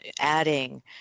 adding